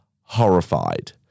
horrified